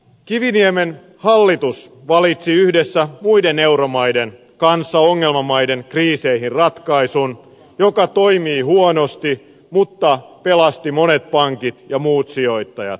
kiviniemen hallitus valitsi yhdessä muiden euromaiden kanssa ongelmamaiden kriiseihin ratkaisun joka toimii huonosti mutta pelastaa monet pankit ja muut sijoittajat